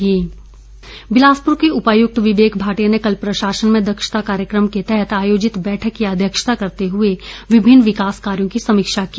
विकास ठाकुर चंबा विवेक मटिया बिलासपुर के उपायुक्त विवेक भाटिया ने कल प्रशासन में दक्षता कार्यक्रम के तहत आयोजित बैठक की अध्यक्षता करते हुए विभिन्न विकास कार्यों की समीक्षा की